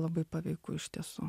labai paveiku iš tiesų